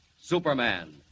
Superman